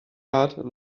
art